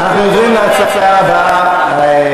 העצה שנותן לי היושב-ראש בדימוס חבר הכנסת ריבלין בוודאי